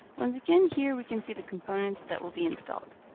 once again here we can see the components that will be installed.